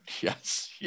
Yes